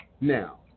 Now